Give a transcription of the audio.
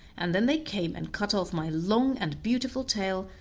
and then they came and cut off my long and beautiful tail,